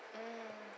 mm